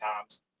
times